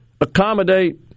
accommodate